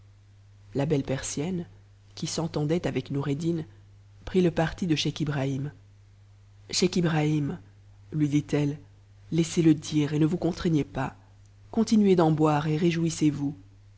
la belle persienne qui s'entendait avec noureddin prit le parti de chetch ibrahim scheich ibrahim lui dit-elle laissez-le dire et ne vous contraignez pas continuez d'en boire et réjouissez-vous